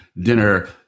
dinner